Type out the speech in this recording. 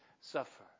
suffer